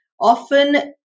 often